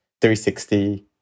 360